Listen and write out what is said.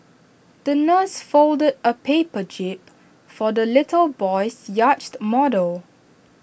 the nurse folded A paper jib for the little boy's yachted model